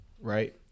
right